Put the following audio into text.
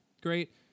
great